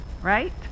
right